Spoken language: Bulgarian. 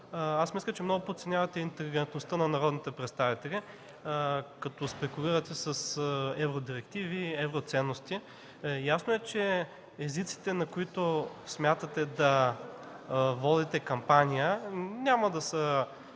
Аз мисля, че много подценявате интелигентността на народните представители, като спекулирате с евродирективи и с евроценности. Ясно е, че езиците, на които смятате да водите кампания, няма да са